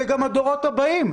זה גם הדורות הבאים.